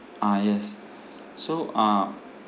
ah yes so uh